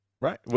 Right